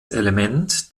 element